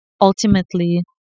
ultimately